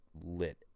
lit